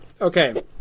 Okay